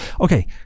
Okay